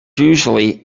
usually